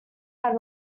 had